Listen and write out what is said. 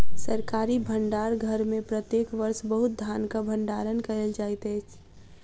सरकारी भण्डार घर में प्रत्येक वर्ष बहुत धानक भण्डारण कयल जाइत अछि